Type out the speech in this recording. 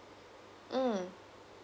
mm